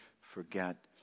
forget